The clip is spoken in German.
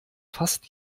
fast